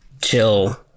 chill